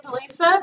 Lisa